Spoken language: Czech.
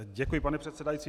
Děkuji, pane předsedající.